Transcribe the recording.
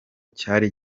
cyari